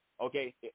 okay